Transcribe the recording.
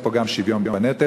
אין פה גם שוויון בנטל.